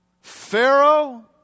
Pharaoh